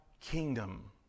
kingdom